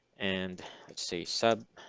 and i'd say sub